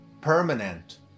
permanent